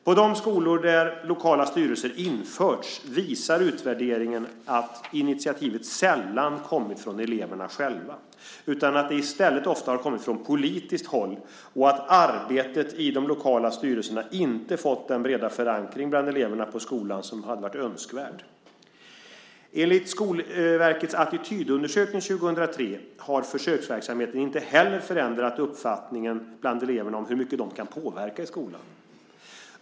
På de skolor där lokala styrelser införts visar utvärderingen att initiativet sällan kommit från eleverna själva utan att det ofta har kommit från politiskt håll och att arbetet i de lokala styrelserna inte fått den breda förankring bland eleverna på skolan som hade varit önskvärd. Enligt Skolverkets attitydundersökning år 2003 har försöksverksamheten inte heller förändrat uppfattningen bland eleverna om hur mycket de kan påverka i skolan.